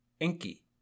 Enki